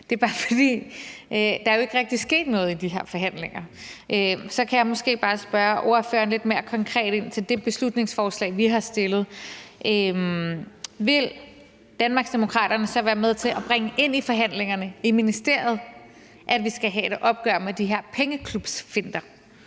Det er bare, fordi der jo ikke rigtig er sket noget i de her forhandlinger. Så kan jeg måske bare spørge ordføreren lidt mere konkret ind til det beslutningsforslag, vi har fremsat. Vil Danmarksdemokraterne så være med til at bringe ind i forhandlingerne i ministeriet, at vi skal have et opgør med de her pengeklubsfinter?